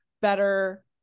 better